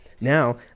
Now